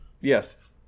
Yes